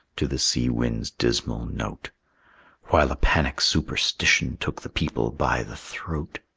to the sea-wind's dismal note while a panic superstition took the people by the throat.